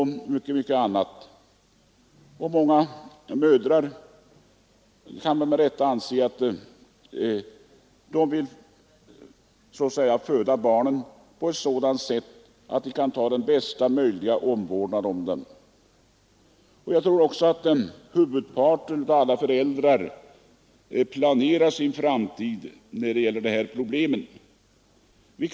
Många mödrar anser med rätta att de skall få föda barnet på ett sådant sätt att de kan ta bästa möjliga omvårdnad om det. Jag tror att huvudparten av alla föräldrar planerar sin framtid när det gäller dessa problem.